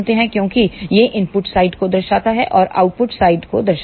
क्योंकि यह input side को दर्शाता है और आउटपुट साइड को दर्शाता है